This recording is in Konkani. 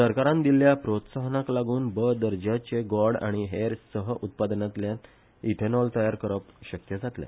सरकारान दिल्ल्या प्रोत्साहनाक लागुन ब दर्जाचे गॉड आनी हेर सह उत्पादनातल्यान इथेनॉल तयार करप शक्य जातले